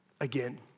again